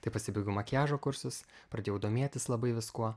tai pasibaigiau makiažo kursus pradėjau domėtis labai viskuo